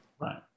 Right